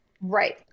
Right